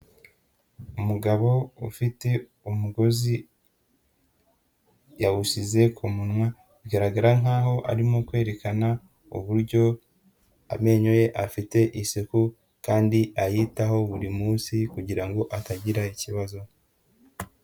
Umugabo ufite umugozi, yawusize ku munwa, bigaragara nkaho arimo kwerekana uburyo amenyo ye afite isuku, kandi ayitaho buri munsi kugira ngo atagira ikibazo.